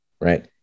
right